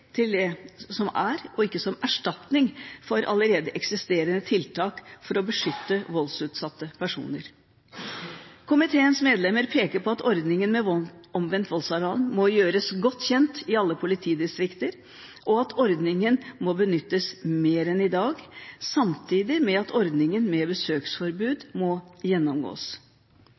til det som er, og ikke som erstatning for allerede eksisterende tiltak for å beskytte voldsutsatte personer. Komiteens medlemmer peker på at ordningen med omvendt voldsalarm må gjøres godt kjent i alle politidistrikter, og at ordningen må benyttes mer enn i dag, samtidig med at ordningen med besøksforbud må gjennomgås.